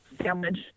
sandwich